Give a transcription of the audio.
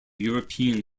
european